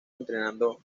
entrenando